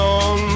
on